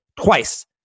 twice